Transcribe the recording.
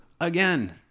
again